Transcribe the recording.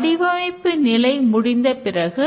வடிவமைப்பு நிலை முடிந்த பிறகு